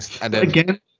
Again